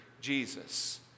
Jesus